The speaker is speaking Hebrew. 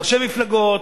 ראשי מפלגות.